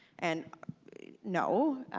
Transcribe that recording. and no,